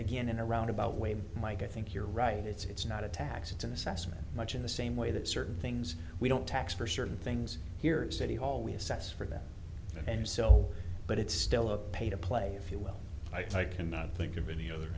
again in a roundabout way mike i think you're right it's not a tax it's an assessment much in the same way that certain things we don't tax for certain things here at city hall we assess for that and so but it's still a pay to play if you will i cannot think of any other